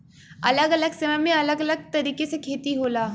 अलग अलग समय में अलग तरीके से खेती होला